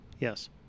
Yes